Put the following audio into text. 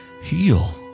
heal